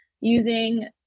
using